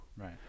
Right